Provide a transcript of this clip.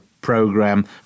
program